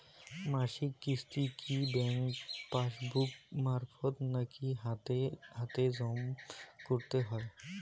মাসিক কিস্তি কি ব্যাংক পাসবুক মারফত নাকি হাতে হাতেজম করতে হয়?